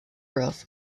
rough